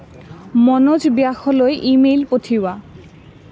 মনোজ ব্যাসলৈ ইমেইল পঠিওৱা